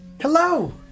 Hello